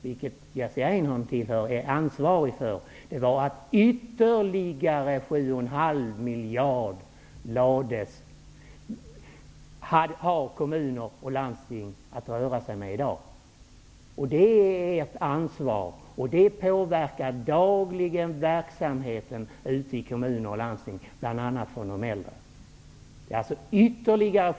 Jerzy Einhorn tillhör är ändå ansvariga för de ytterligare 7,5 miljarder i nedskärningar som gäller för kommuner och landsting. Det är ert ansvar, och det påverkar dagligen verksamheten i kommuner och landsting bl.a. när det gäller de äldre.